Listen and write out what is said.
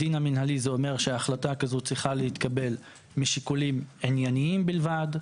הדין המנהלי זה אומר שהחלטה כזו צריכה להתקבל משיקולים ענינייים בלבד,